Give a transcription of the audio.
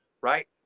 right